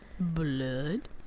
blood